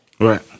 Right